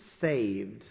saved